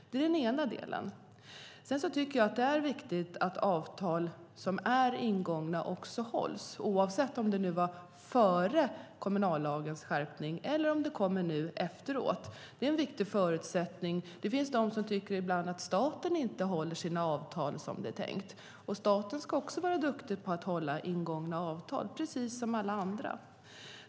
Det är den ena delen. Det är viktigt att avtal som är ingångna hålls, oavsett om det gjordes före kommunallagens skärpning eller efteråt. Det är en viktig förutsättning. Det finns de som ibland tycker att staten inte håller sina avtal som det är tänkt. Staten ska vara duktig på att hålla ingångna avtal, precis som alla andra.